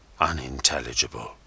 unintelligible